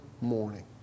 morning